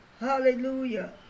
hallelujah